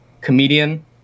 comedian